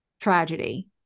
tragedy